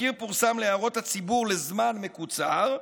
התזכיר פורסם להערות הציבור לזמן מקוצר,